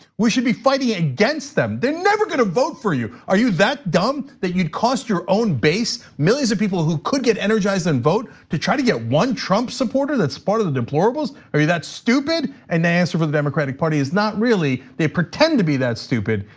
we should be fighting against them. they're never gonna vote for you. are you that dumb that you'd cost your own base millions of people who could get energized and vote to try to get one trump supporter that's part of the deplorables. are you that stupid? and the answer from the democratic party is not really, they pretend to be that stupid.